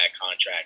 contract